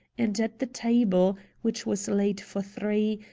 and at the table, which was laid for three,